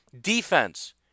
Defense